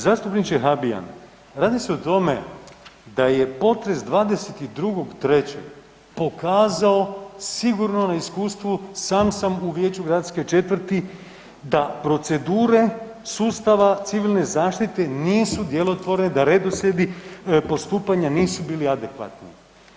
Zastupniče Habijan, radi se o tome da je potres 22.3.pokazao sigurno neiskustvo sam sam u Vijeću gradske četvrti da procedure sustava civilne zaštite nisu djelotvorne, da redoslijedi postupanja nisu bili adekvatni.